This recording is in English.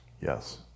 Yes